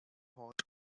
hodge